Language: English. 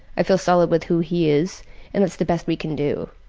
i feel solid with who he is and it's the best we can do,